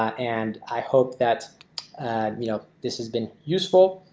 and i hope that you know, this has been useful.